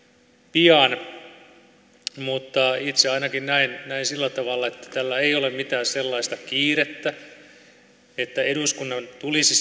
pian mutta itse ainakin näen sillä tavalla että tällä ei ole mitään sellaista kiirettä että eduskunnan tulisi